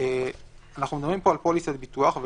אנחנו מדברים על פוליסת ביטוח,